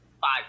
five